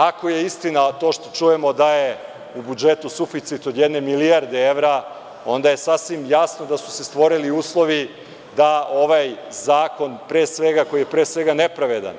Ako je istina to što čujemo da je u budžetu suficit od jedne milijarde evra, onda je sasvim jasno da su se stvorili uslovi da ovaj zakon koji je pre svega nepravedan,